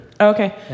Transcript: Okay